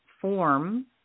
form